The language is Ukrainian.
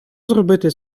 зробити